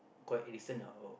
quite recently lah oh